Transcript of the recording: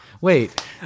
Wait